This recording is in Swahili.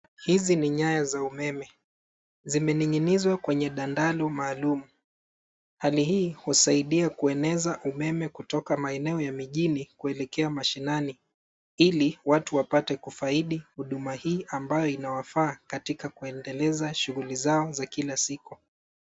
Hizi ni nyaya za umeme. Zimening'inizwa kwenye dandalu maalum. Hali hii husaidia kueneza umeme kutoka maeneo ya mijini kuelekea mashinani ili watu wapate kufaidi huduma hii ambayo inawafaa katika kuendeleza shuguli zao za kila siku.